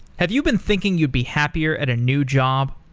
have you been thinking you'd be happier at a new job?